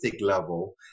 level